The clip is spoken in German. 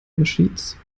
machines